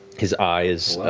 his eyes,